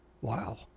Wow